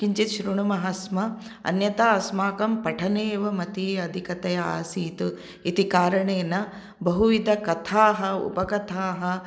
किञ्चित् शृण्मः स्म अन्यथा अस्माकं पठने एव मतिः अधिकतया आसीत् इति कारणेन बहुविधकथाः उपकथाः